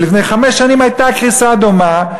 ולפני חמש שנים הייתה קריסה דומה.